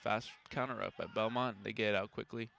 fast connor up at belmont they get out quickly